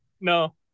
No